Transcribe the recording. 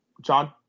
John